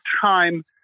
time